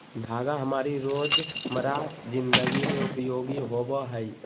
धागा हमारी रोजमर्रा जिंदगी में उपयोगी होबो हइ